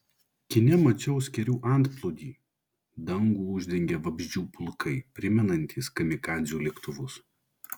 kine mačiau skėrių antplūdį dangų uždengė vabzdžių pulkai primenantys kamikadzių lėktuvus